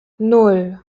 nan